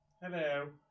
Hello